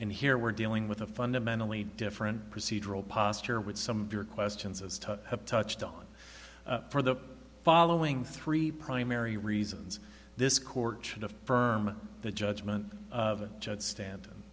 and here we're dealing with a fundamentally different procedural posture with some of your questions as to a touchdown for the following three primary reasons this court should affirm the judgment of judge stan